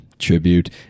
tribute